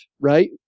right